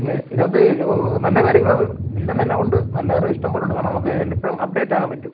പിന്നെ ഇതിനകത്ത് ഈ ഓ നല്ല കാര്യങ്ങൾ ഇല്ലെന്നല്ല ഉണ്ട് നല്ലാറും ഇഷ്ടം പോലെയുണ്ട് കാരണം നമുക്ക് എല്ലായ്പ്പോഴും അപ്ഡേറ്റാകാന് പറ്റും